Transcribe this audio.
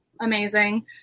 amazing